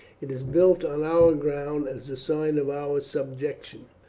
it is built on our ground as a sign of our subjection,